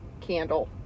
candle